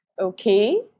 Okay